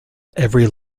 every